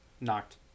Knocked